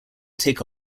take